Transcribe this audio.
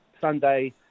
Sunday